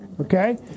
Okay